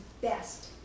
best